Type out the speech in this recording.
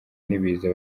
n’ibiza